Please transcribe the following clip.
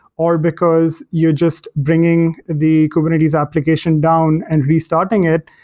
or because you're just bringing the kubernetes application down and restarting it,